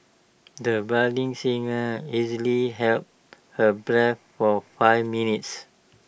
the budding singer easily held her breath for five minutes